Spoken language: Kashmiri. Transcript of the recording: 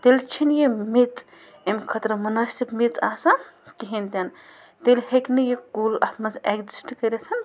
تیٚلہِ چھِنہٕ یہِ میٚژ امۍ خٲطرٕ مُنٲسِب میٚژ آسان کِہیٖنۍ تہِ نہٕ تیٚلہِ ہیٚکہِ نہٕ یہِ کُل اَتھ منٛز اٮ۪کزِسٹ کٔرِتھ